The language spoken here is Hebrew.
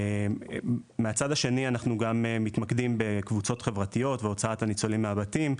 מהצד השני אנחנו מתמקדים גם בקבוצות חברתיות והוצאת הניצולים מהבתים,